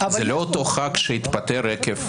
זה לא אותו חבר כנסת שהתפטר עקב